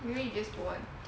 maybe just